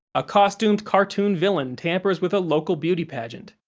a costumed cartoon villain tampers with a local beauty pageant,